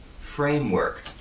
framework